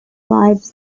lives